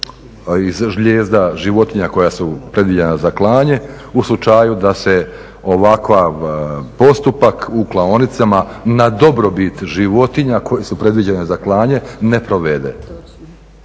iz žlijezda životinja koja su predviđena za klanje u slučaju da se ovakav postupak u klaonicama na dobrobit životinja koje su predviđene za klanje ne provede.